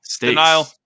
Denial